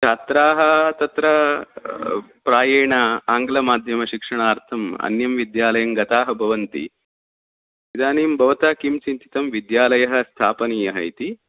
छात्राः तत्र प्रायेण आङ्लमाध्यम शिक्षणार्थं अन्यं विद्यालयं गताः भवन्ति इदानीं भवतः किं चिन्तितं विद्यालयः स्थापनीयः इति